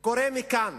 קורא מכאן